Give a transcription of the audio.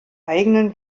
eigenen